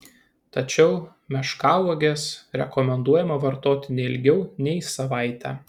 tačiau meškauoges rekomenduojama vartoti ne ilgiau nei savaitę